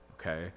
okay